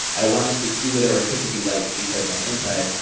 i wanted to do whatever i could to be liked because on the inside,